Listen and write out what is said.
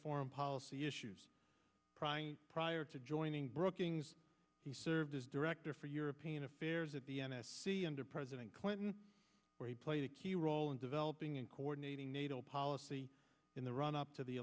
foreign policy issues prior to joining brookings he served as director for european affairs at the n s c under president clinton where he played a key role in developing and coordinating nato policy in the run up to the